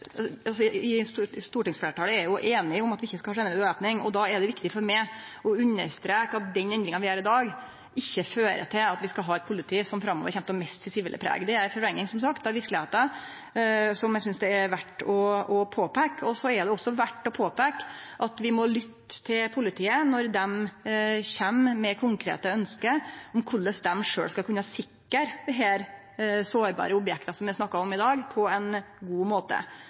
det viktig for meg å understreke at den endringa vi gjer i dag, ikkje fører til at vi skal ha eit politi som kjem til å miste sitt sivile preg. Det er ei forvrenging av verkelegheita som eg synest det er verdt å påpeike. Det er òg verdt å påpeike at vi må lytte til politiet når dei kjem med konkrete ønske om korleis dei skal kunne sikre dei sårbare objekta vi har snakka om i dag, på ein god måte.